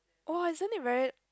!wah! isn't it very